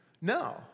No